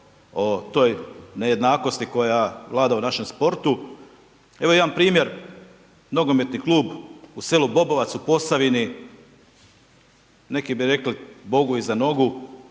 o toj nejednakosti koja vlada u našem sportu. Evo jedan primjer, nogometni klub u selu Bobovac u Posavini, neki bi rekli bogu iza nogu,